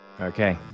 Okay